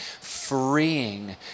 freeing